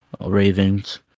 Ravens